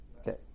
Okay